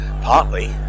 partly